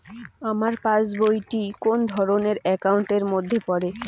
আমার passbook টি কোন ধরণের একাউন্ট এর মধ্যে পড়ে?